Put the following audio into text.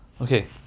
Okay